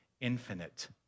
infinite